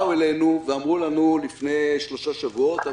באו אלינו ואמרו לנו לפני שלושה שבועות: